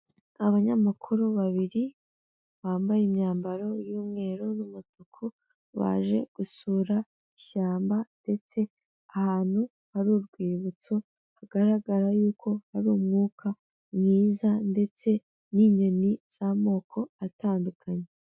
Abanyamakuru babiri bambaye imyambaro y'umweru n'umutuku, baje gusura ishyamba ndetse ahantu hari urwibutso, hagaragara yuko hari umwuka mwiza ndetse n'inyoni z'amoko atandukanye.